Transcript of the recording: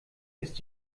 ist